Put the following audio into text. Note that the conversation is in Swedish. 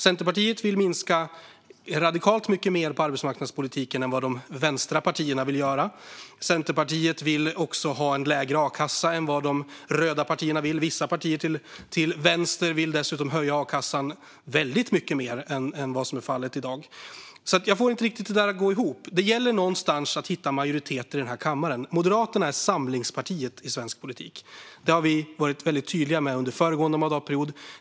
Centerpartiet vill i arbetsmarknadspolitiken minska radikalt mycket mer än de vänstra partierna vill göra. Centerpartiet vill också ha lägre a-kassa än de röda partierna vill. Vissa partier till vänster vill dessutom höja a-kassan väldigt mycket mer än vad som är fallet i dag. Jag får inte det där att gå ihop. Det gäller någonstans att hitta majoritet i den här kammaren. Moderaterna är samlingspartiet i svensk politik. Det var vi tydliga med under föregående mandatperiod.